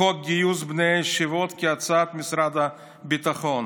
חוק גיוס בני הישיבות, כהצעת משרד הביטחון,